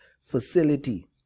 facility